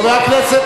חבר הכנסת,